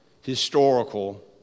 historical